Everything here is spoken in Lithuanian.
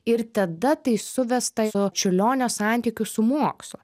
ir tada tai suvesta su čiurlionio santykiu su mokslu